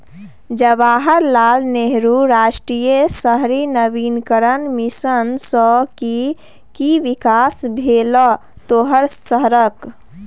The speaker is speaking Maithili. जवाहर लाल नेहरू राष्ट्रीय शहरी नवीकरण मिशन सँ कि कि बिकास भेलौ तोहर शहरक?